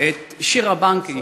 את שירה בנקי,